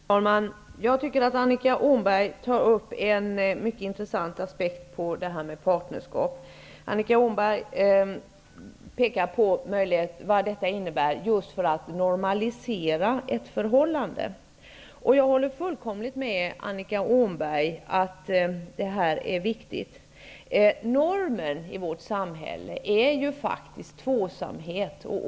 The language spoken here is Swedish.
Fru talman! Jag tycker att Annika Åhnberg tar upp en mycket intressant aspekt på partnerskap, när hon pekar på vad det innebär just för att normalisera ett förhållande. Jag håller fullkomligt med Annika Åhnberg om att det här är viktigt. Normen i vårt samhälle är faktiskt tvåsamhet.